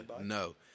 No